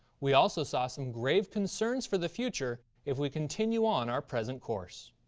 we also saw some grave concerns for the future if we continue on our present course.